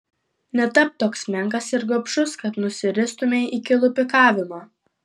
netapk toks menkas ir gobšus kad nusiristumei iki lupikavimo